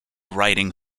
riding